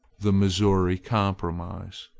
the missouri compromise